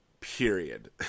Period